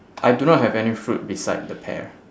I do not have any fruit beside the pear